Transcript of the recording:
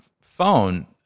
phone